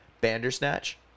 Bandersnatch